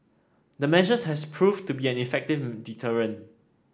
the measure has proved to be an effective deterrent